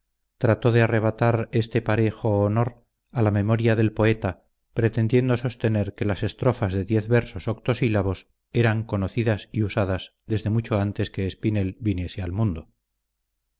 trato de arrebatar este pareo honor a la memoria del poeta pretendiendo sostener que las estrofas de diez versos octosílabos eran conocidas y usadas desde mucho antes que espinel viniese al mundo